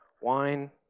Wine